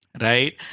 right